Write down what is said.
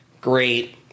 great